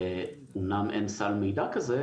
אמנם אין סל מידע כזה,